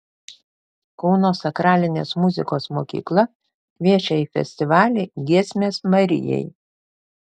kauno sakralinės muzikos mokykla kviečia į festivalį giesmės marijai